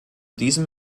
diesem